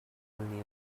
knew